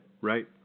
Right